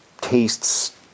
tastes